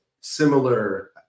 Similar